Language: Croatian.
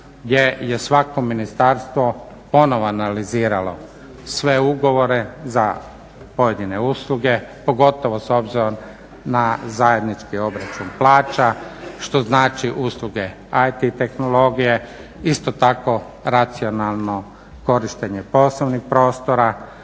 gdje je svako ministarstvo ponovno analiziralo sve ugovore za pojedine usluge, pogotovo s obzirom na zajednički obračun plaća što znači usluge IT tehnologije, isto tako racionalno korištenje poslovnih prostora